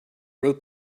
wrote